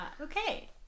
Okay